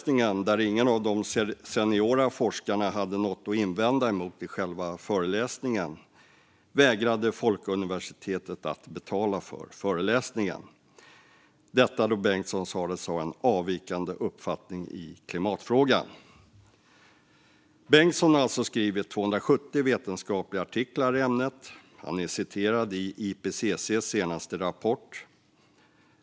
Ingen av de seniora forskarna hade något att invända emot själva föreläsningen. Men efter föreläsningen vägrade Folkuniversitetet att betala för den, då Bengtsson sades ha en avvikande uppfattning i klimatfrågan. Bengtsson har skrivit 270 vetenskapliga artiklar i ämnet, och han är citerad i IPCC:s senaste rapport.